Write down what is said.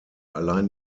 allein